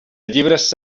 llibres